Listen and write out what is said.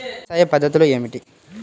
వ్యవసాయ పద్ధతులు ఏమిటి?